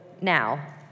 now